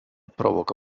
provoca